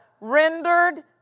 rendered